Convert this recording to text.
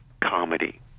comedy